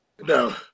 No